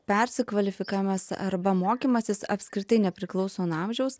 persikvalifikavimas arba mokymasis apskritai nepriklauso nuo amžiaus